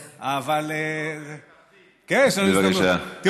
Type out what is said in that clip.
אבל, בבקשה.